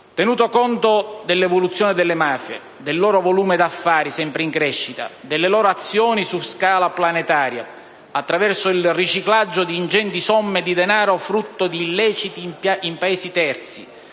Tenuto conto dell'evoluzione delle mafie, del loro volume d'affari sempre in crescita, delle loro azioni su scala planetaria attraverso il riciclaggio di ingenti somme di denaro frutto di illeciti in Paesi terzi,